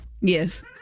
Yes